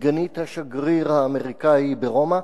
סגנית השגריר האמריקני ברומא.